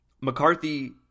McCarthy